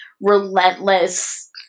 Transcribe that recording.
relentless